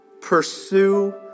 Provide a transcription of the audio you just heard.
Pursue